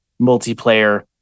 multiplayer